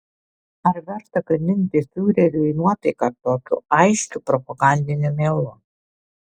ar verta gadinti fiureriui nuotaiką tokiu aiškiu propagandiniu melu